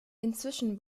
inzwischen